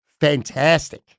fantastic